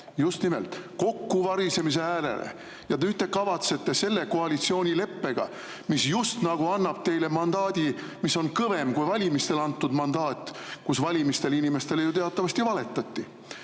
just nimelt kokkuvarisemise äärele. Nüüd te kavatsete selle koalitsioonileppega, mis just nagu annab teile mandaadi, mis on kõvem kui valimistel antud mandaat – valimistel inimestele ju teatavasti valetati